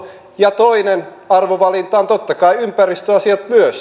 ja toinen arvovalinta on totta kai ympäristöasiat myös